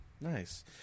Nice